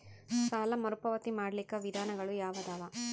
ಸಾಲ ಮರುಪಾವತಿ ಮಾಡ್ಲಿಕ್ಕ ವಿಧಾನಗಳು ಯಾವದವಾ?